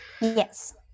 Yes